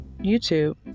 YouTube